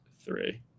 three